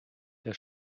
der